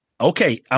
Okay